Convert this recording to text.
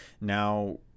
now